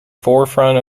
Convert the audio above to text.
forefront